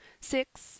Six